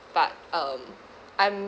but um I'm